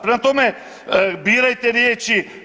Prema tome, birajte riječi.